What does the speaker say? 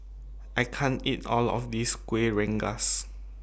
I can't eat All of This Kueh Rengas